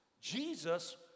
Jesus